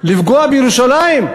לפגוע בירושלים?